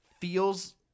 feels